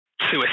suicide